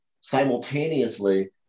simultaneously